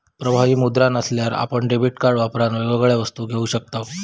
प्रवाही मुद्रा नसल्यार आपण डेबीट कार्ड वापरान वेगवेगळ्या वस्तू घेऊ शकताव